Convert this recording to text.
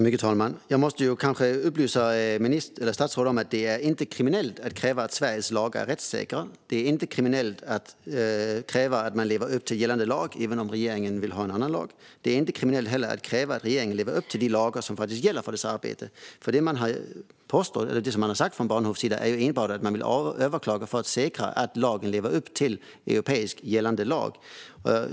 Fru talman! Jag kanske måste upplysa statsrådet om det inte är kriminellt att kräva att Sveriges lagar är rättssäkra. Det är inte kriminellt att kräva att man lever upp till gällande lag även om regeringen vill ha en annan lag. Det är heller inte kriminellt att kräva att regeringen lever upp till de lagar som faktiskt gäller för dess arbete. Det man har sagt från Bahnhofs sida är enbart att man vill överklaga för att säkerställa att den nya lagen lever upp till gällande europeisk lag.